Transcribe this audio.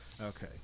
Okay